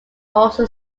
also